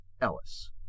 Ellis